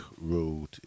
Road